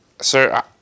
Sir